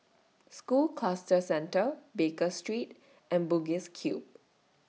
School Cluster Centre Baker Street and Bugis Cube